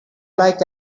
like